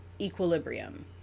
equilibrium